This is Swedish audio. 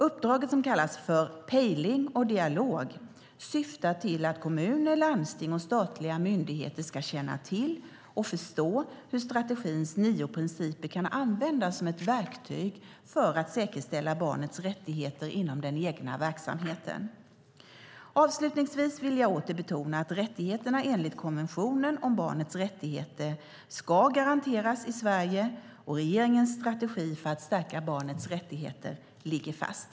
Uppdraget, som kallas Pejling och dialog, syftar till att kommuner, landsting och statliga myndigheter ska känna till och förstå hur strategins nio principer kan användas som ett verktyg för att säkerställa barnets rättigheter inom den egna verksamheten. Avslutningsvis vill jag åter betona att rättigheterna enligt konventionen om barnets rättigheter ska garanteras i Sverige och att regeringens strategi för att stärka barnets rättigheter ligger fast.